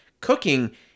Cooking